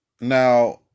Now